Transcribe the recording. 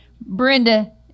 Brenda